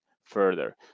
further